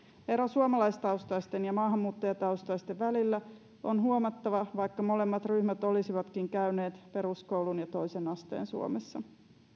ero suomalaistaustaisten ja maahanmuuttajataustaisten välillä on huomattava vaikka molemmat ryhmät olisivatkin käyneet peruskoulun ja toisen asteen suomessa